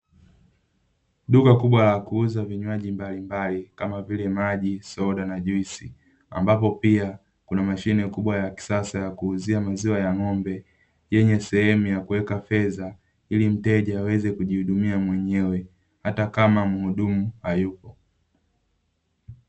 Duka kubwa la kuuza vinywaji mbalimbali kama vile maji, soda na juisi. Ambapo pia kuna mashine kubwa ya kisasa ya kuuzia maziwa ya ng'ombe, yenye sehemu ya kuweka fedha ili mteja aweze kujihudumia mwenyewe, hata kama mhudumu hayupo.